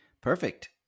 Perfect